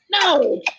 No